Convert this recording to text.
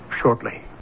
shortly